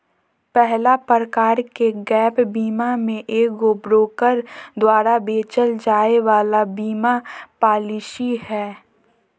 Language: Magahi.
पहला प्रकार के गैप बीमा मे एगो ब्रोकर द्वारा बेचल जाय वाला बीमा पालिसी हय